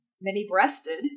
many-breasted